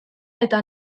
eta